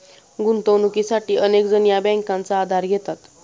गुंतवणुकीसाठी अनेक जण या बँकांचा आधार घेतात